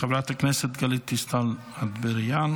חברת הכנסת גלית דיסטל אטבריאן,